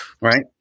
right